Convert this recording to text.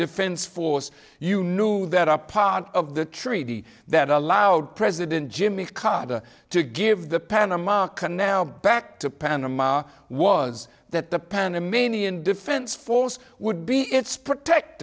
defense force you knew that a part of the treaty that allowed president jimmy carter to give the panama canal back to panama was that the panamanian defense force would be its protect